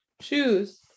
shoes